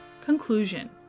Conclusion